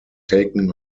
taken